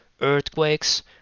earthquakes